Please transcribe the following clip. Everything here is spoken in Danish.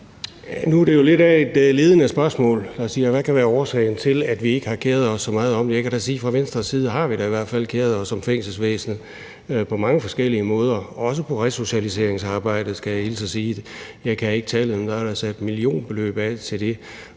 Nu er det jo lidt af et ledende spørgsmål, altså hvad der kan være årsagen til, at vi ikke har keret os så meget om det. Jeg kan da sige, at vi i hvert fald fra Venstres side har keret os om fængselsvæsenet på mange forskellige måder og også om resocialiseringsarbejdet, skal jeg hilse og sige. Jeg kan ikke tallet, men der er da sat et millionbeløb af til det,